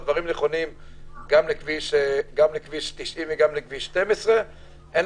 הדברים נכונים גם לכביש 90 וגם לכביש 12. אין